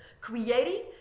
creating